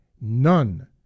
None